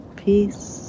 peace